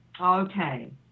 Okay